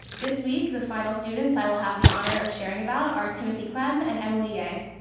this week the final students i will have the honor of sharing about our timothy clem and emily yea.